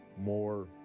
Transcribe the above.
more